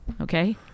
Okay